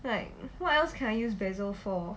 like what else can I use basil for